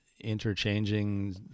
interchanging